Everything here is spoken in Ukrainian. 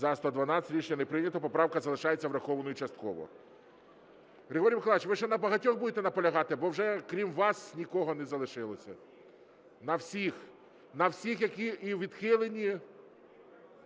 За-112 Рішення не прийнято. Поправка залишається врахованою частково. Григорій Миколайович, ви ще на багатьох будете наполягати, бо вже крім вас нікого не залишилося. На всіх? На всіх, які